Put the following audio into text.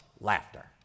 Laughter